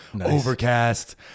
overcast